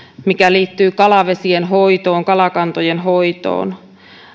mikä liittyy kalavesien hoitoon kalakantojen hoitoon